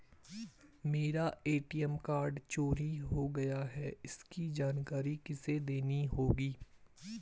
मेरा ATM card चोरी हो गया है इसकी जानकारी किसे देनी होगी?